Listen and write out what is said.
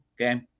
okay